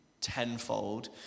tenfold